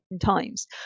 times